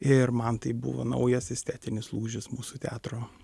ir man tai buvo naujas estetinis lūžis mūsų teatro